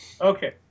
Okay